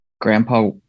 Grandpa